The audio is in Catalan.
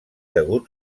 degut